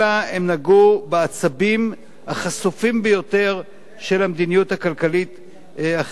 אלא הם נגעו בעצבים החשופים ביותר של המדיניות הכלכלית-החברתית.